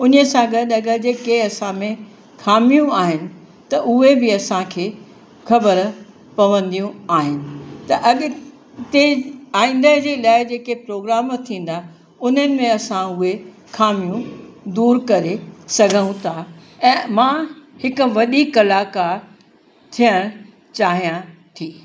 हुन सां गॾु अगरि जेके असां में खामियूं आहिनि त उहे बि असांखे ख़बर पवंदियूं आहिनि त अॼु ते आईंदा जे प्रोग्राम थींदा उन्हनि में असां उहे खामियूं दूर करे सघूं था ऐं मां हिकु वॾी कलाकार थियणु चाहियां थी